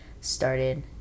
started